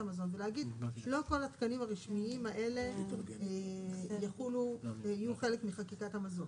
המזון ולהגיד שלא כל התקנים הרשמיים האלה יהיו חלק מחקיקת המזון.